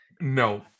No